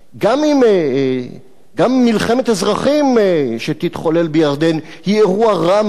גם מלחמת אזרחים שתתחולל בירדן היא אירוע רע מאוד